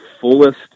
fullest